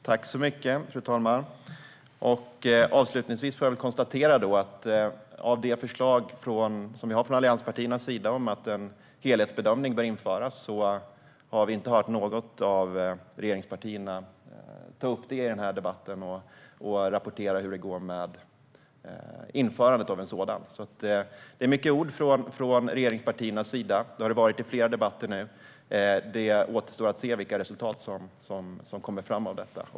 Fru talman! Jag kan konstatera att vi i denna debatt inte har hört något av regeringspartierna ta upp allianspartiernas förslag om att en helhetsbedömning ska införas. Vi har heller inte hört regeringspartierna rapportera hur det går med införandet av en sådan helhetsbedömning. Det kommer många ord från regeringspartiernas sida - så har det varit i flera debatter nu - men det återstår att se vilka resultat som kommer fram av detta.